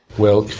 well,